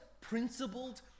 principled